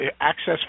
access